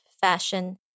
fashion